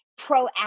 proactive